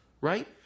right